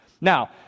Now